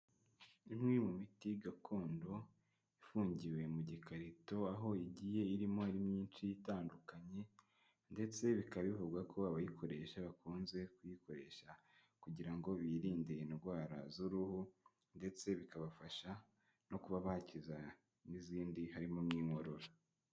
Imwe mu miti gakondo ifungiwe mu gikarito, aho igi irimo ari myinshi itandukanye ndetse bika bivugagwa ko abayikoresha bakunze kuyikoresha kugira ngo birinde indwara z'uruhu ndetse bikabafasha no kuba bakiza n'izindi harimo n'inkorora.